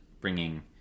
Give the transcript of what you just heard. bringing